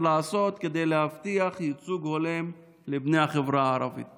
לעשות כדי להבטיח ייצוג הולם לבני החברה הערבית?